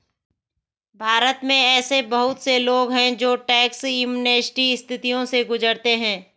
भारत में ऐसे बहुत से लोग हैं जो टैक्स एमनेस्टी स्थितियों से गुजरते हैं